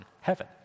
heaven